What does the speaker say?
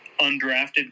undrafted